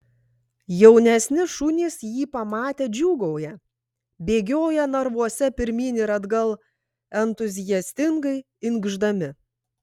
jaunesni šunys jį pamatę džiūgauja bėgioja narvuose pirmyn ir atgal entuziastingai inkšdami